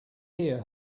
hear